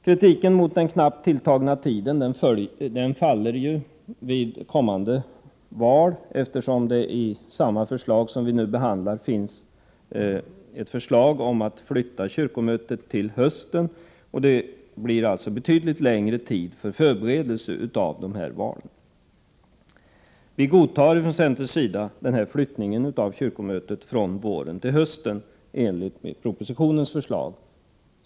Kritiken mot den knappt tilltagna tiden faller vid kommande val, eftersom deti det förslag vi nu behandlar föreslås att kyrkomötet flyttas till hösten. Det blir alltså betydligt längre tid för förberedelse av valen. Vi godtar från centerns sida flyttningen av kyrkomötet från våren till hösten enligt propositionens förslag.